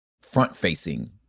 front-facing